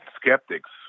skeptics